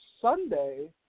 Sunday